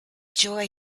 joy